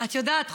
את יודעת,